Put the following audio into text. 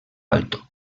alto